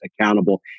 accountable